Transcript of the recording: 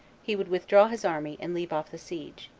he would withdraw his army, and leave off the siege.